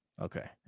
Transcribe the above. Okay